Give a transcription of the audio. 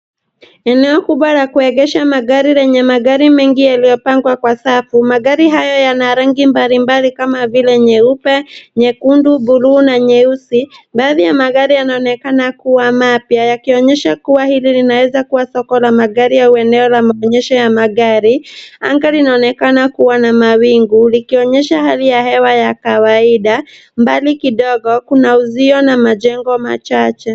Eneo kubwa la kuegesha magari lenye magari mengi yaliyopangwa kwa safu. Magari hayo yana rangi mbalimbali kama vile nyeupe, nyekundu, bluu na nyeusi. Baadhi ya magari yanaonekana kuwa mapya yakionyesha kuwa hili linawezakuwa soko la magari au eneo la maonyesho ya magari. Anga linaonekana kuwa na mawingu likionyesha hali ya hewa ya kawaida. Mbali kidogo kuna uzio na majengo machache.